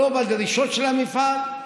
לא בדרישות של המפעל,